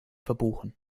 verbuchen